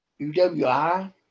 UWI